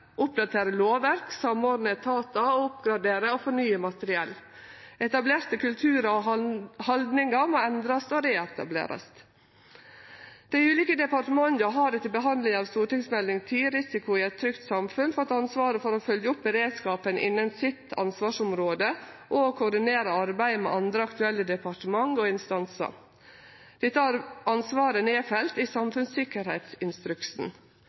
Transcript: oppdatere lovverk, samordne etatar og oppgradere og fornye materiell. Etablerte kulturar og haldningar må endrast og reetablerast. Dei ulike departementa har etter behandlinga av Meld. St. 10 for 2016–2017, Risiko i eit trygt samfunn - Samfunnssikkerhet, fått ansvaret for å følgje opp beredskapen innanfor sitt ansvarsområde og koordinere arbeidet med andre aktuelle departement og instansar. Dette ansvaret er nedfelt i